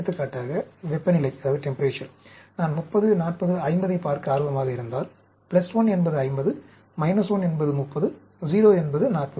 எடுத்துக்காட்டாக வெப்பநிலை நான் 30 40 50 ஐப் பார்க்க ஆர்வமாக இருந்தால் 1 என்பது 50 1 என்றால் 30 0 என்றால் 40